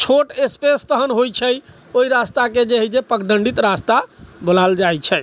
छोट स्पेस तहन होइ छै ओहि रास्ताके जे है पगडण्डित रस्ता बोलायल जाइ छै